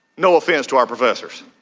no offense to our professors.